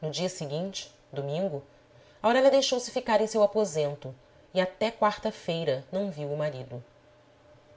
no dia seguinte domingo aurélia deixou-se ficar em seu aposento e até quarta-feira não viu o marido